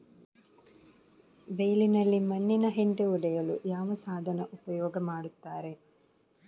ಬೈಲಿನಲ್ಲಿ ಮಣ್ಣಿನ ಹೆಂಟೆ ಒಡೆಯಲು ಯಾವ ಸಾಧನ ಉಪಯೋಗ ಮಾಡುತ್ತಾರೆ?